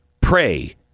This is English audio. Pray